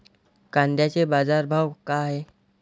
कांद्याचे बाजार भाव का हाये?